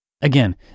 Again